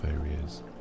areas